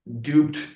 duped